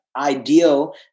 ideal